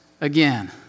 again